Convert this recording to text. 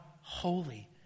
holy